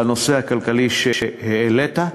לנושא הכלכלי שהעלית.